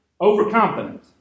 overconfident